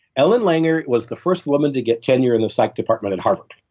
ellen langer was the first woman to get tenure in the psych department in harvard,